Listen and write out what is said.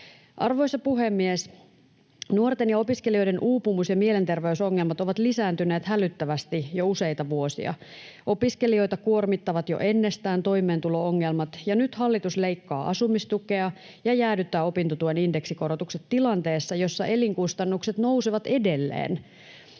Arvoisa puhemies! Nuorten ja opiskelijoiden uupumus ja mielenterveysongelmat ovat lisääntyneet hälyttävästi jo useita vuosia. Opiskelijoita kuormittavat jo ennestään toimeentulo-ongelmat, ja nyt hallitus leikkaa asumistukea ja jäädyttää opintotuen indeksikorotukset tilanteessa, jossa elinkustannukset nousevat edelleen.